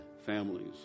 families